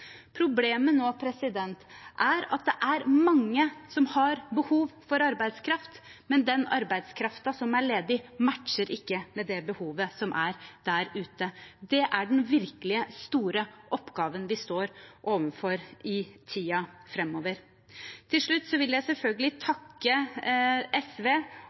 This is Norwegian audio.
Problemet nå er at det er mange som har behov for arbeidskraft, men den arbeidskraften som er ledig, matcher ikke med det behovet som er der ute. Det er den virkelig store oppgaven vi står overfor i tiden framover. Til slutt vil jeg selvfølgelig takke SV